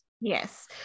Yes